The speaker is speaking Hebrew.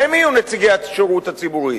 והם יהיו נציגי השידור הציבורי.